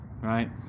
Right